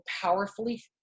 powerfully